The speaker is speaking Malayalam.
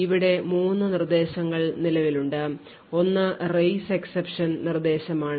ഇവിടെ 3 നിർദ്ദേശങ്ങൾ നിലവിലുണ്ട് ഒന്ന് raise exception നിർദ്ദേശമാണ്